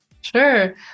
Sure